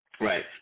Right